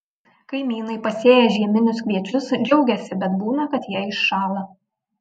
kaimynai pasėję žieminius kviečius džiaugiasi bet būna kad jie iššąla